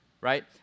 right